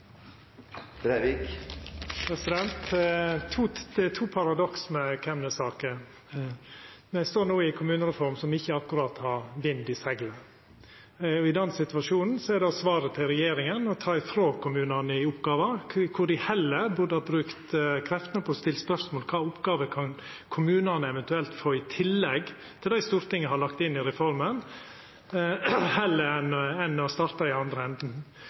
Det er to paradoks med omsyn til kemnersaka. Me står no i ei kommunereform som ikkje akkurat har vind i segla. I den situasjonen er svaret frå regjeringa å ta frå kommunane ei oppgåve, når ho heller burde ha brukt kreftene på å stilla spørsmål om kva oppgåver kommunane eventuelt kan få i tillegg til det Stortinget har lagt inn i reforma – i staden for å starta i andre enden.